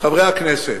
חברי הכנסת,